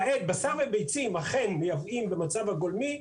בשר וביצים אכן מייבאים במצב הגולמי,